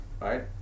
Right